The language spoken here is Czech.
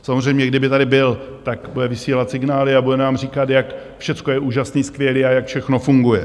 Samozřejmě, kdyby tady byl, tak bude vysílat signály a bude nám říkat, jak všecko je úžasné, skvělé a jak všechno funguje.